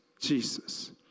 Jesus